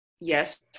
Yes